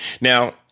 Now